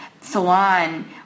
Salon